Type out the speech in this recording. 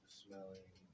smelling